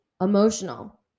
Emotional